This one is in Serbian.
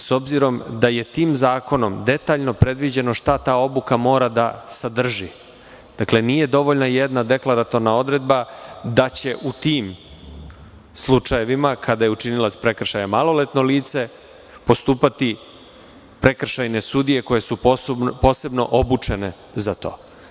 S obzirom da je tim zakonom detaljno predviđeno šta ta odluka mora da sadrži, nije dovoljna jedna deklaratorna odredba da će u tim slučajevima kada je učinilac prekršaja maloletno lice postupati prekršajne sudije koje su posebno obučene za to.